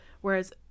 whereas